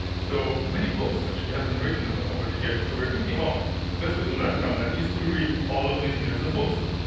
so many books actually have been written but over the years. so we were thinking, well the best way to learn from them is to read all of these millions of books.